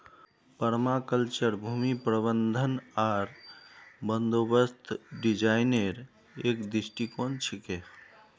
permaculture भूमि प्रबंधन आर बंदोबस्त डिजाइनेर एक दृष्टिकोण छिके